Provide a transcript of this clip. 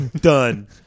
Done